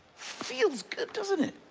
feels good, doesn't it?